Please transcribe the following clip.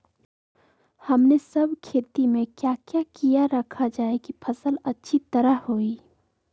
हमने सब खेती में क्या क्या किया रखा जाए की फसल अच्छी तरह होई?